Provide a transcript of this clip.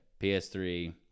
ps3